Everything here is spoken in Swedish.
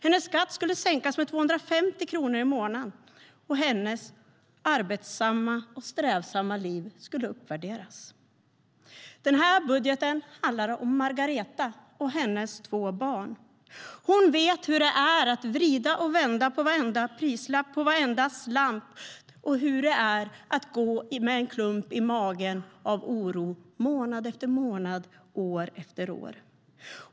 Hennes skatt skulle sänkas med 250 kronor i månaden, och hennes arbetsamma och strävsamma liv skulle uppvärderas. Den här budgeten handlar om Margaretha och hennes två barn. Hon vet hur det är att vrida och vända på varenda prislapp och varenda slant och hur det är att gå med en klump av oro i magen månad efter månad och år efter år.